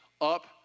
up